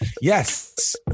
Yes